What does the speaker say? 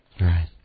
Right